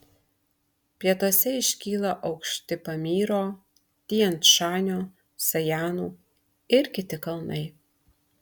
pietuose iškyla aukšti pamyro tian šanio sajanų ir kiti kalnai